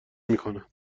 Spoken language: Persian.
میکنن